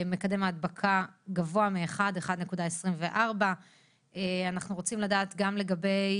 מקדם ההדבקה גבוה מ-1 1.24. אנחנו רוצים לדעת גם לגבי